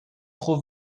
trop